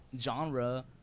genre